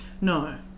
No